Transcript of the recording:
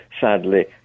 sadly